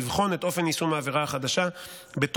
לבחון את אופן יישום העבירה החדשה בתום